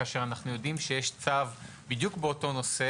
כאשר אנחנו יודעים שיש צו בדיוק באותו הנושא